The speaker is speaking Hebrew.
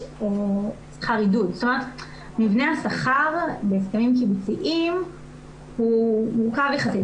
מבנה השכר בהסכמים קיבוציים הוא מורכב יחסית.